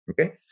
okay